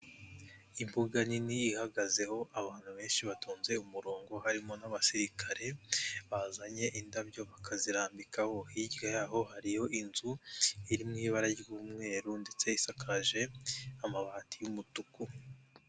Imbuga nini ihagazeho abantu benshi batonze umurongo harimo n'abasirikare bazanye indabyo bakazirambikaho, Hirya yaho harihoyo inzu iri mu'i ibara ry'umweru ndetse isakaje amabati y'umutuku.